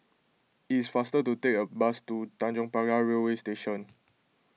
it is faster to take the bus to Tanjong Pagar Railway Station